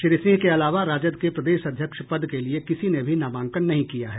श्री सिंह के अलावा राजद के प्रदेश अध्यक्ष पद के लिये किसी ने भी नामांकन नहीं किया है